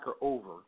over